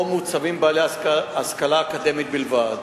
או מוצבים בהם, בעלי השכלה אקדמית בלבד,